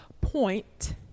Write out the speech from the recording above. point